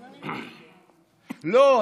לא,